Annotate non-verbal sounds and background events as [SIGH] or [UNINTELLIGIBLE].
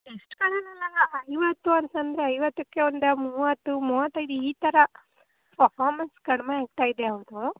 ಟೆಸ್ಟ್ಗಳಲೆಲ್ಲ ಐವತ್ತು [UNINTELLIGIBLE] ಅಂದರೆ ಐವತ್ತಕ್ಕೆ ಒಂದು ಮೂವತ್ತು ಮೂವತ್ತೈದು ಈ ಥರ ಫಫಾಮೆನ್ಸ್ ಕಡಿಮೆ ಆಗ್ತಾ ಇದೆ ಅವ್ಳದ್ದು